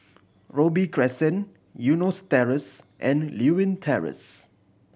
Robey Crescent Eunos Terrace and Lewin Terrace